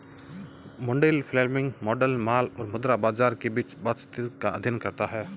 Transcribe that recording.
Mundell Fleming model माल और मुद्रा बाजार के बीच बातचीत का अध्ययन करता है